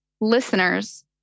listeners